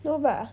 no bah